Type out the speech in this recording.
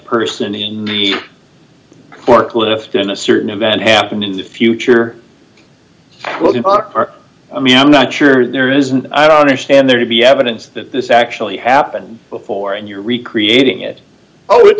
person in the forklift in a certain event happen in the future well you are i mean i'm not sure there isn't i don't understand there to be evidence that this actually happened before and you're recreating it oh it's